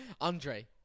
andre